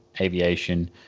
aviation